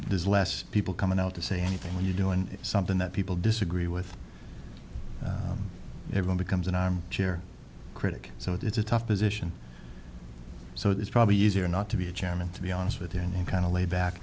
there's less people coming out to say anything when you're doing something that people disagree with everyone becomes an armchair critic so it's a tough position so it's probably easier not to be a chairman to be honest with you and you kind of lay back